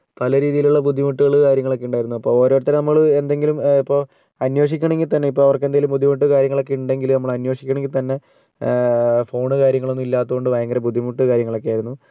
പല രീതിയിലുള്ള ബുദ്ധിമുട്ടുകള് കാര്യങ്ങളൊക്കേ ഉണ്ടായിരുന്നു അപ്പോൾ ഓരോരുത്തരേ നമ്മള് എന്തെങ്കിലും ഇപ്പോൾ അന്വേഷിക്കണമെങ്കിൽ തന്നേ ഇപ്പോൾ അവർക്ക് എന്തെങ്കിലും ബുദ്ധിമുട്ട് കാര്യങ്ങളൊക്കെ ഉണ്ടെങ്കില് നമ്മള് അന്വേഷിക്കണമെങ്കിൽ തന്നേ ഫോണ് കാര്യങ്ങളൊന്നും ഇല്ലാത്തത് കൊണ്ട് തന്നേ ഭയങ്കര ബുദ്ധിമുട്ട് കാര്യങ്ങളൊക്കേ ആയിരുന്നു